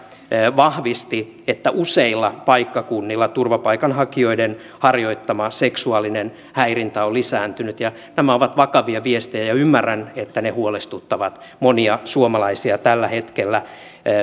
vahvisti että useilla paikkakunnilla turvapaikanhakijoiden harjoittama seksuaalinen häirintä on lisääntynyt nämä ovat vakavia viestejä ja ymmärrän että ne huolestuttavat monia suomalaisia tällä hetkellä